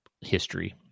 history